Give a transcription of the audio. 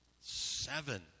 Seven